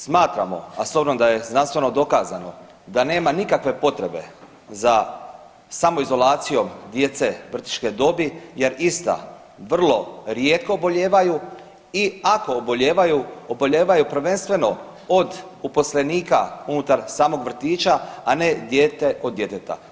Smatramo, a s obzirom da je znanstveno dokazano da nema nikakve potrebe za samoizolacijom djece vrtićke dobi jer ista vrlo rijetko obolijevaju i ako obolijevaju obolijevaju prvenstveno od uposlenika unutar samog vrtića, a ne dijete od djeteta.